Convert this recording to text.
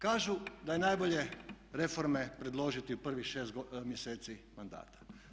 Kažu da je najbolje reforme predložiti u prvih šest mjeseci mandata.